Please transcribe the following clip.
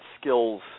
skills